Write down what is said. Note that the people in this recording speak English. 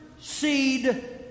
seed